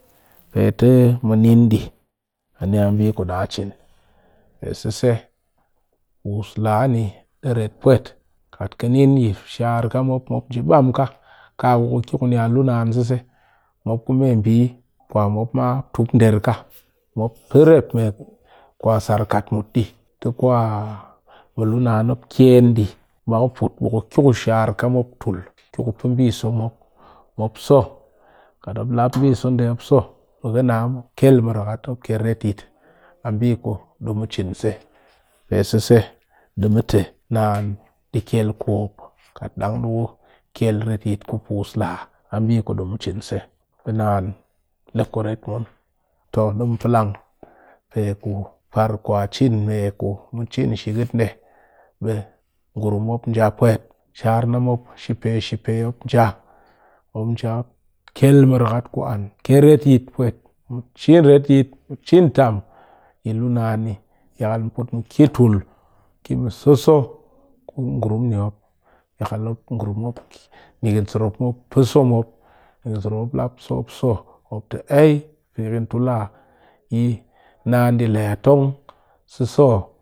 Pe te mu nin di aniya bi ku da cin, pe sese pus laa ni ɗi ret pwet, kat ka nin shar ka mop, mop nje bam ka, ka ku ka kɨ ku na luu naan size ku ka ki kuna luu naan seze mop ku mee bɨ mop tup der ka mop pɨ me sar kat mut dɨ tɨ kwa mɨ luu naan mop ken dɨ ba ku put ɓe ku kɨ ku shar ka mop tul, ƙɨ ku pɨ mbi so mop mop so be mop kyel merakat mop kyel retyit a mbi ku du mu cin se naan dɨ kyel kwop kat dang ɗɨ ku kyel retyit ku puus laa a mbi ku ɗum cin se ɓe naan le kuret mun ngun to nimu plang me ku mu cin shikit nde be ngurum mop nja pwet shar na mop shi-pee shi-pee mop pwet nja kyel merakat ku an kyel retyit pwet mu cin retyit mu cin tam nikin sirop pe so mop mop eyey yi pɨkin tu laa yi naan dɨ le ka tong seze oo.